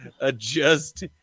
adjust